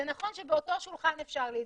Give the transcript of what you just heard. זה נכון שבאותו שולחן אפשר להידבק,